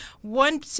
One